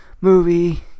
Movie